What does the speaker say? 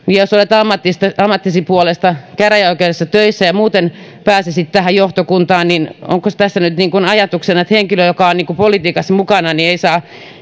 niin jos olet ammattisi puolesta käräjäoikeudessa töissä ja ja muuten pääsisit tähän johtokuntaan niin onkos tässä nyt niin kuin ajatuksena että henkilö joka on politiikassa mukana ei saa